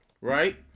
right